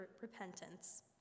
repentance